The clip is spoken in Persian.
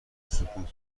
سکوت